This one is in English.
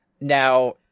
now